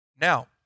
now